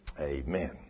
amen